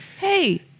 Hey